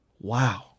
Wow